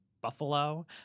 Buffalo